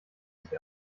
sich